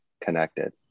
connected